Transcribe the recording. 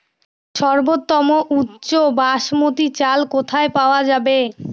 সর্বোওম উচ্চ বাসমতী চাল কোথায় পওয়া যাবে?